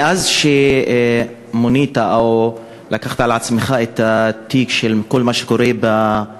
מאז מונית או לקחת על עצמך את התיק של כל מה שקורה בנגב,